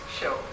show